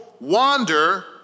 wander